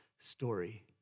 story